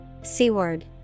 Seaward